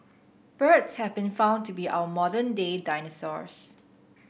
birds have been found to be our modern day dinosaurs